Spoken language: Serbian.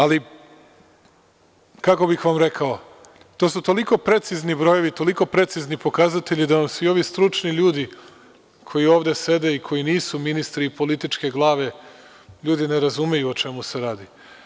Ali, kako bih vam rekao, to su toliko precizni brojevi, toliko precizni pokazatelji da su i ovi stručni ljudi koji ovde sede i koji nisu ministri i političke glave, ljudi ne razumeju o čemu se radi.